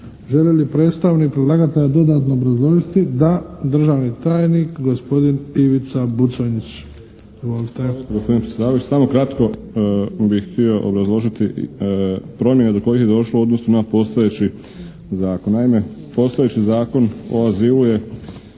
Želi li predstavnik predlagatelja dodatno obrazložiti? Da. Državni tajnik, gospodin Ivica Buconjić.